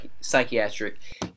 psychiatric